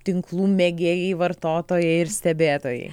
tinklų mėgėjai vartotojai ir stebėtojai